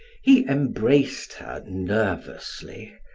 he embraced her nervously,